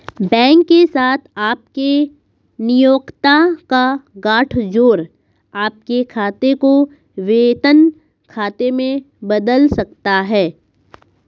bank के साथ आपके नियोक्ता का गठजोड़ आपके खाते को वेतन खाते में बदल सकता है